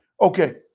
Okay